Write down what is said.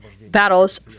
battles